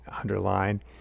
underline